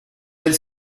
del